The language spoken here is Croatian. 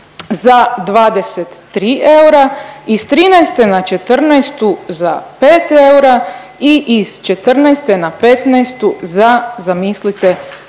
za 23 eura iz '13. na '14. za 5 eura i iz '14. na '15. za zamislite